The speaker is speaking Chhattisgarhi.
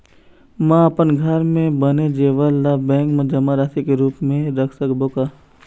म अपन घर के बने जेवर ला बैंक म जमा राशि के रूप म रख सकबो का?